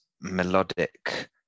melodic